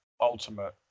ultimate